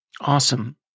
Awesome